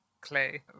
clay